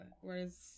whereas